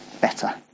better